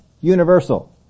universal